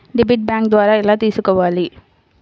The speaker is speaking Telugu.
డెబిట్ బ్యాంకు ద్వారా ఎలా తీసుకోవాలి?